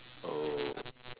oh